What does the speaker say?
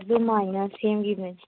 ꯑꯗꯨꯃꯥꯏꯅ ꯁꯦꯝꯈꯤꯕꯅꯦ